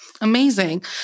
Amazing